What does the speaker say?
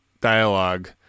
dialogue